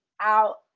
out